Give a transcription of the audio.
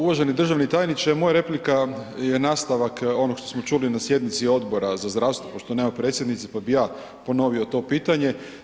Uvaženi državni tajniče moja replika je nastavak onoga što smo čuli na sjednici Odbora za zdravstvo, pošto nema predsjednice pa bi ja ponovio to pitanje.